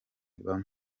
bamwe